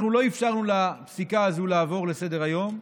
אנחנו לא אפשרנו לפסיקה הזאת לעבור לסדר-היום,